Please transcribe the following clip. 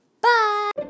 Bye